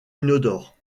inodore